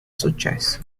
successo